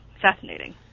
fascinating